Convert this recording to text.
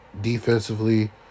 defensively